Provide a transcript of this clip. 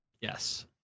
Yes